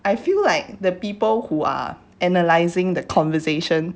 I feel like the people who are analysing the conversation